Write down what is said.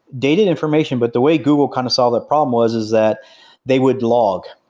dated information, but the way google kind of solved that problem was is that they would log,